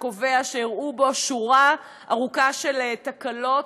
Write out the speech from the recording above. שקובע שאירעו בו שורה ארוכה של תקלות,